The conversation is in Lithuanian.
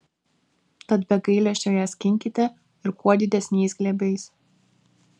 tad be gailesčio ją skinkite ir kuo didesniais glėbiais